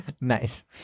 Nice